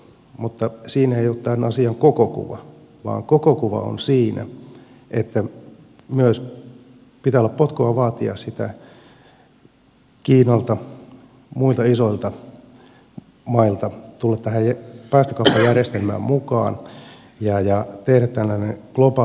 mutta siinä ei ollut tämän asian koko kuva vaan koko kuva on siinä että pitää olla myös potkua vaatia kiinaa ja muita isoja maita tulemaan tähän päästökauppajärjestelmään mukaan ja tekemään tällainen globaali ratkaisu